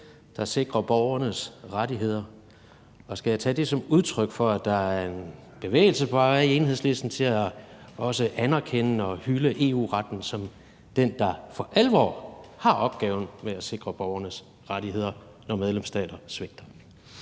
der sikrer borgernes rettigheder, og skal jeg tage det som udtryk for, at der er en bevægelse på vej i Enhedslisten til også at anerkende og hylde EU-retten som den, der for alvor har opgaven med at sikre borgernes rettigheder, når medlemsstater svigter?